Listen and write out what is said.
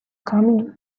coming